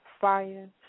fire